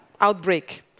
outbreak